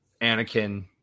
Anakin